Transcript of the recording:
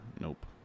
Nope